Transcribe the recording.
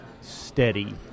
steady